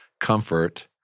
comfort